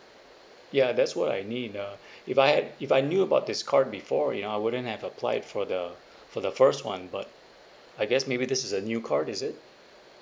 ya that's what I need lah if I had if I knew about this card before you know I wouldn't have applied for the for the first one but I guess maybe this is a new card is it